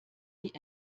die